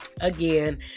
again